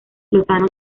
lozano